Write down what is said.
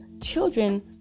children